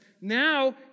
now